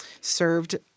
served